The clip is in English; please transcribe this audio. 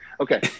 okay